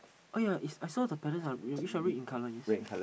oh ya is I saw the parents are whichever in colour is